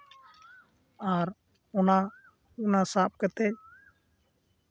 ᱟᱨ ᱚᱱᱟ ᱚᱱᱟ ᱥᱟᱵ ᱠᱟᱛᱮᱫ